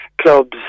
clubs